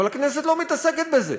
אבל הכנסת לא מתעסקת בזה.